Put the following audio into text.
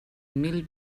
mil